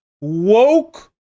woke